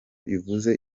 ivuze